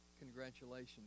congratulations